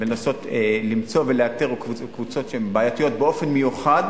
לנסות למצוא ולאתר קבוצות שהן בעייתיות באופן מיוחד